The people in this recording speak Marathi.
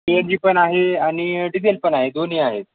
सी एन जी पण आहे आणि डीझेल पण आहे दोन्ही आहेत